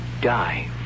die